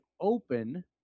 open